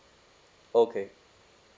okay